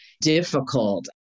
difficult